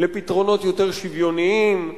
לפתרונות יותר שוויוניים,